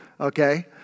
Okay